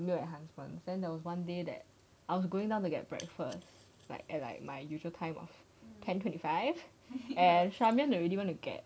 meal enhancements and there was one day that I was going down to get breakfast like at like my usual time of ten twenty five and charmaine already went to get